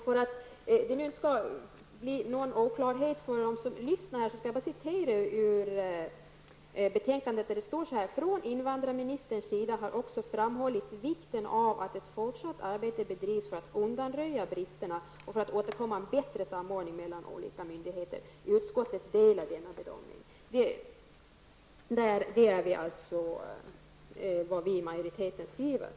För att det inte skall bli några oklarheter för dem som lyssnar skall jag citera ur betänkandet, där det står följande: ''Från invandrarministerns sida har också framhållits vikten att ett fortsatt arbete bedrivs för att undanröja bristerna och för att åstadkomma en bättre samordning mellan olika myndigheter. Utskottet delar denna bedömning.'' Detta är alltså vad vi i majoriteten skriver.